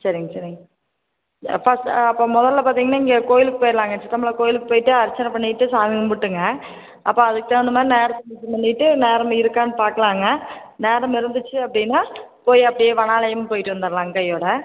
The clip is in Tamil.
சரிங்க சரிங்க அப்போ அப்போ முதல்ல பார்த்தீங்கன்னா இங்கே கோயிலுக்கு போயிட்லாங்க சித்தம்பலம் கோயிலுக்கு போய்விட்டு அர்ச்சனை பண்ணிவிட்டு சாமி கும்பிட்டுங்க அப்புறம் அதுக்கு தகுந்த மாதிரி நேரத்தை மிச்சம் பண்ணிவிட்டு நேரம் இருக்கான்னு பார்க்கலாங்க நேரம் இருந்துச்சு அப்படினா போய் அப்படியே வனாலயமும் போய்விட்டு வந்துடலாங்க கையோட